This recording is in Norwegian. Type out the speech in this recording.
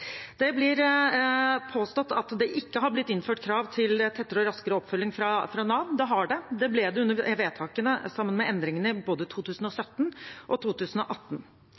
Det blir påstått at det ikke har blitt innført krav til tettere og raskere oppfølging fra Nav. Det har det – det ble det under vedtakene sammen med endringene i både 2017 og 2018.